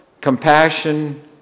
compassion